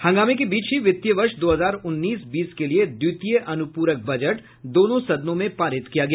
हंगामे के बीच ही वित्तीय वर्ष दो हजार उन्नीस बीस के लिये द्वितीय अनुपूरक बजट दोनों सदनों में पारित किया गया